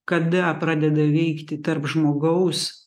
kada pradeda veikti tarp žmogaus